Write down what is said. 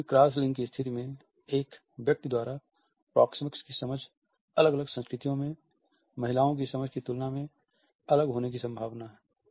किसी भी क्रॉस लिंग की स्थिति में एक व्यक्ति द्वारा प्रोक्सेमिक्स की समझ अलग अलग संस्कृतियों में महिलाओं की समझ के तुलना में अलग होने की संभावना है